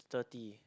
thirty